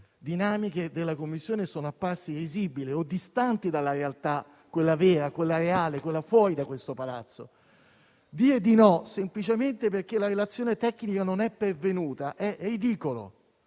sue dinamiche sono apparse risibili o distanti dalla realtà, quella vera e reale che c'è fuori da questo Palazzo. Dire di no semplicemente perché la relazione tecnica non è pervenuta è ridicolo